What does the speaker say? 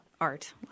art